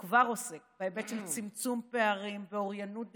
הוא כבר עוסק בהיבט של צמצום פערים ואוריינות דיגיטלית.